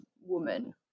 woman